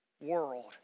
world